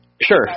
sure